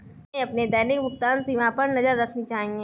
हमें अपनी दैनिक भुगतान सीमा पर नज़र रखनी चाहिए